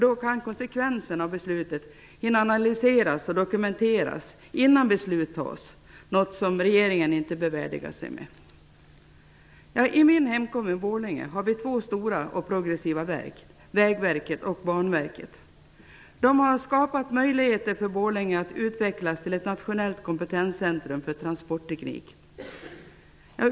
Då kan konsekvenserna av beslutet hinna analyseras och dokumenteras innan beslut tas, något som regeringen inte har bevärdigat sig med. I min hemkommun Borlänge har vi två stora, progressiva verk, Vägverket och Banverket. De har skapat möjligheter för Borlänge att utvecklas till ett nationellt kompetenscentrum för transportteknik.